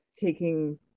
taking